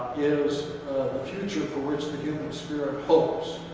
is the future for which the human spirit hopes.